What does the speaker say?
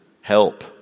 help